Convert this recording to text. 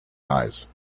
eyes